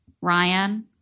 Ryan